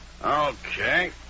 Okay